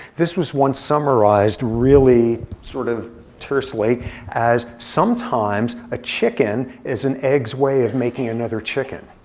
this was once summarized really sort of tersely as, sometimes a chicken is an egg's way of making another chicken.